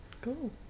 Cool